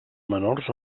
menors